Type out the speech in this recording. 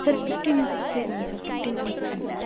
sir fifteen fifteen மெம்பர்ஸ்ங்க sir